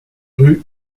rue